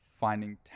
finding